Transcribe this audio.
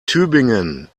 tübingen